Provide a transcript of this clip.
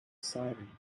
siren